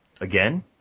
Again